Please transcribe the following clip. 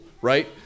right